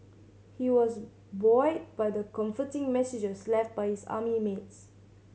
he was buoyed by the comforting messages left by his army mates